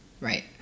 Right